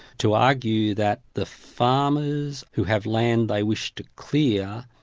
to argue that the farmers who have land they wish to clear,